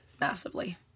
Massively